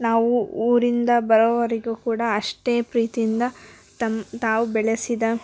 ನಾವು ಊರಿಂದ ಬರೋವರೆಗು ಕೂಡ ಅಷ್ಟೇ ಪ್ರೀತಿಯಿಂದ ತಮ್ಮ ತಾವು ಬೆಳೆಸಿದ